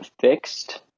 fixed